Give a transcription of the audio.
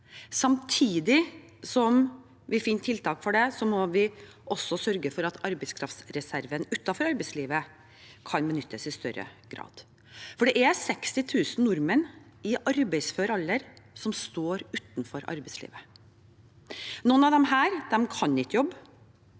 Samtidig som vi finner tiltak for det, må vi sørge for at arbeidskraftreserven utenfor arbeidslivet kan benyttes i større grad. Det er 60 000 nordmenn i arbeidsfør alder som står utenfor arbeidslivet. Noen av disse kan ikke jobbe.